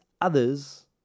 others